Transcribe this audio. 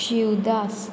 Shivdas